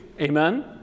Amen